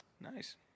Nice